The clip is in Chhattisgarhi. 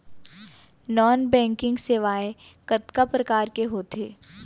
नॉन बैंकिंग सेवाएं कतका प्रकार के होथे